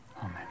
Amen